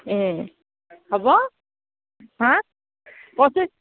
হ'ব হা পঁচিছ